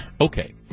Okay